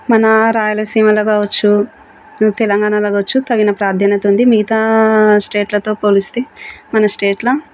మన రాయలసీమలో కావచ్చు తెలంగాణలో కావచ్చు తగిన ప్రాధాన్యత ఉంది మిగతా స్టేట్లతో పోలిస్తే మన స్టేట్లో